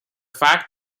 fact